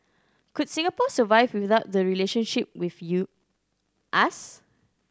could Singapore survive without the relationship with you us